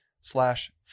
slash